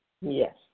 Yes